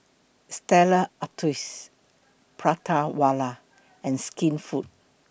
Stella Artois Prata Wala and Skinfood